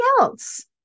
else